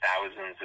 thousands